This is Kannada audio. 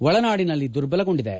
ಒಳನಾಡಿನಲ್ಲಿ ದುರ್ಬಲಗೊಂಡಿದೆ